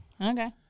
okay